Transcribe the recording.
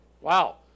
Wow